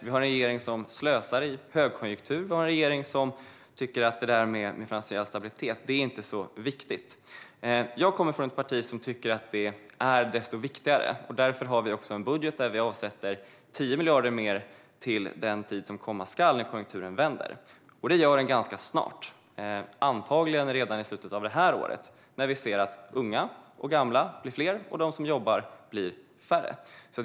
Vi har en regering som slösar i högkonjunktur och tycker att det där med finansiell stabilitet inte är så viktigt. Jag kommer från ett parti som tycker att det är desto viktigare. Därför har vi en budget där vi avsätter 10 miljarder mer till den tid som komma skall när konjunkturen vänder. Det gör den ganska snart, antagligen redan i slutet av det här året, när vi ser att unga och gamla blir fler och de som jobbar färre.